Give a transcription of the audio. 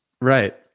Right